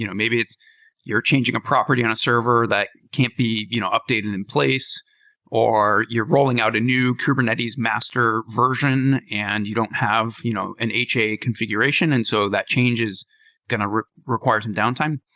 you know maybe you're changing a property on a server that can't be you know updated in place or you're rolling out a new kubernetes master version and you don't have you know an ha configuration, and so that change is going to require some downtime.